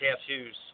tattoos